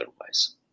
otherwise